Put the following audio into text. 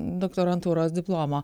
doktorantūros diplomo